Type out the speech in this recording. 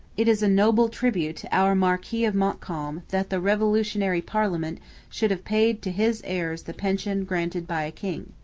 it is a notable tribute to our marquis of montcalm that the revolutionary parliament should have paid to his heirs the pension granted by a king.